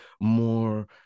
more